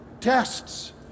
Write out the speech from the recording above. Tests